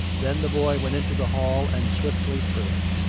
then the boy went into the hall, and swiftly through it.